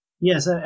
Yes